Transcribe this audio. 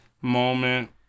moment